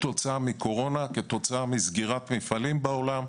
כתוצאה מקורונה, כתוצאה מסגירת מפעלים בעולם,